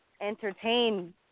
entertain